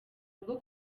bwo